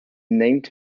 named